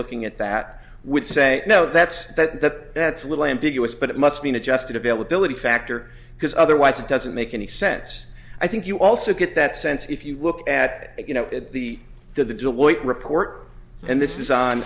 looking at that would say no that's that that's a little ambiguous but it must mean adjusted availability factor because otherwise it doesn't make any sense i think you also get that sense if you look at you know the the report and this is on